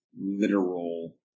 literal